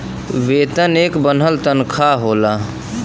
वेतन एक बन्हल तन्खा होला